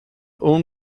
own